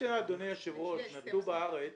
אדוני היושב ראש, נטעו בארץ